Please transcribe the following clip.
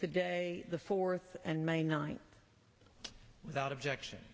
today the fourth and may ninth without objection